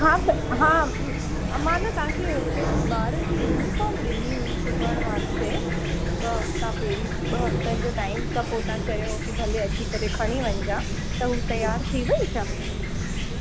हा त हा मां न तव्हांखे पंहिंजे ॿार जी यूनिफॉम ॾिनी हुई सिबणु वास्ते ॿ हफ़्ता पहिरीं ॿ हफ़्तनि जो टाइम खां पोइ तव्हां चयो उहो की भले अची करे खणी वञजा त उहा तयार थी वई छा